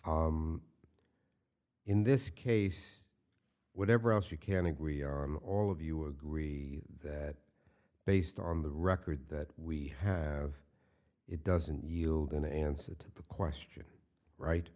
c in this case whatever else you can agree on all of you agree that based on the record that we have it doesn't yield an answer to the question right